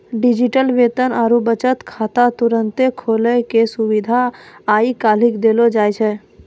digital वेतन आरु बचत खाता तुरन्ते खोलै के सुविधा आइ काल्हि देलो जाय छै